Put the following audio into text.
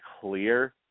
clear